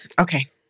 Okay